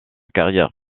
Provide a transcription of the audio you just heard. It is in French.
carrière